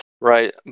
right